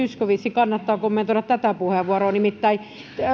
zyskowiczin kannattaa kommentoida tätä puheenvuoroa nimittäin